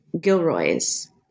Gilroy's